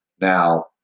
Now